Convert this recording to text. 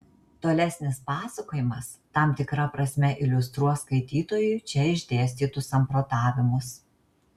tolesnis pasakojimas tam tikra prasme iliustruos skaitytojui čia išdėstytus samprotavimus